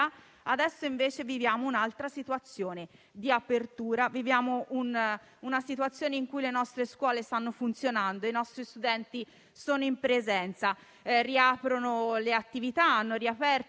adesso invece viviamo un'altra situazione di apertura. Viviamo una situazione in cui le nostre scuole stanno funzionando, i nostri studenti sono in presenza; riaprono le attività; hanno riaperto